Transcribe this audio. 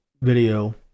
video